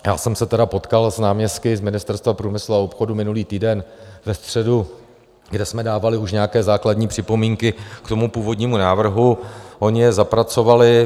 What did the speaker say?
Já jsem se tedy potkal s náměstky z Ministerstva průmyslu a obchodu minulý týden ve středu, kde jsme dávali už nějaké základní připomínky k tomu původnímu návrhu, oni je zapracovali.